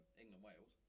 England-Wales